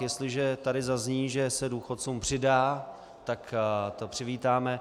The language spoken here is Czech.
Jestliže tady zazní, že se důchodcům přidá, tak to přivítáme.